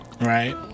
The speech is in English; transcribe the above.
right